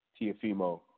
Tiafimo